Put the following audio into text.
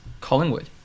Collingwood